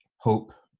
hope,